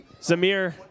Zamir